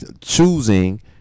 choosing